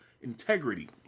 integrity